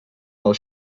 del